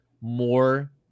more